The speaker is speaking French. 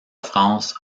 france